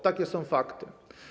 Takie są fakty.